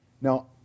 Now